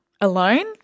alone